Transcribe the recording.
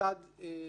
סד נוקשה,